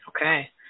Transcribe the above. Okay